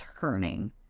turning